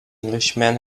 englishman